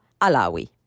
Alawi